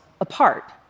apart